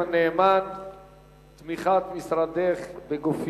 אני מעדיפה שאתה תקרא את כל השאילתות ואני אענה על כל השאילתות בבת אחת.